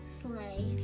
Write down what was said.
sleigh